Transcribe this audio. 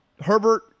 Herbert